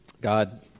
God